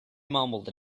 mumbled